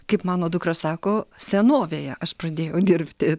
kaip mano dukros sako senovėje aš pradėjau dirbti